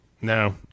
No